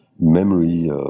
memory